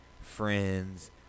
friends